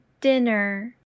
dinner